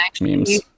memes